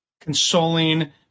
consoling